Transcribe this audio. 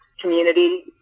community